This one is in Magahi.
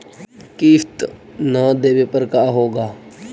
किस्त न देबे पर का होगा?